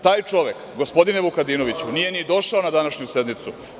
Taj čovek, gospodine Vukadinoviću, nije ni došao na današnju sednicu.